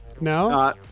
No